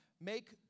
Make